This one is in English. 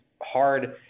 hard